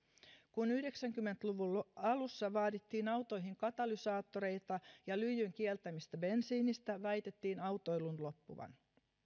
kun yhdeksänkymmentä luvun alussa vaadittiin autoihin katalysaattoreita ja lyijyn kieltämistä bensiinistä väitettiin autoilun loppuvan